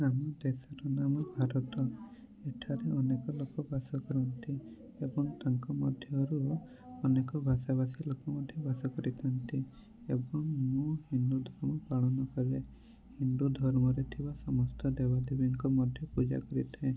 ଆମ ଦେଶର ନାମ ଭାରତ ଏଠାରେ ଅନେକ ଲୋକ ବାସ କରନ୍ତି ଏବଂ ତାଙ୍କ ମଧ୍ୟରୁ ଅନେକ ଭାଷାଭାଷୀ ଲୋକ ମଧ୍ୟ ବାସ କରିଥାନ୍ତି ଏବଂ ମୁଁ ହିନ୍ଦୁ ଧର୍ମ ପାଳନ କରେ ହିନ୍ଦୁ ଧର୍ମରେ ଥିବା ସମସ୍ତ ଦେବା ଦେବୀଙ୍କ ମଧ୍ୟ ପୂଜା କରିଥାଏ